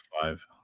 five